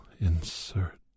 insert